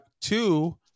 Two